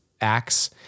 acts